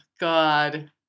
God